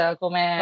come